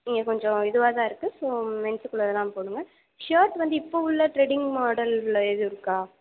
இங்கே கொஞ்சம் இதுவாகதான் இருக்குது ஸோ மென்ஸுக்கு உள்ளதெல்லாம் போதுங்க ஷர்ட் வந்து இப்போ உள்ள ட்ரெண்டிங் மாடலில் எதுவும் இருக்கா